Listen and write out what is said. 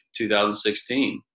2016